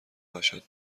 وحشت